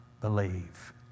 believe